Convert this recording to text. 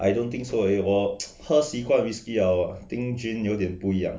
I don't think so eh 我喝习惯 risky 了 think gin 有点不一样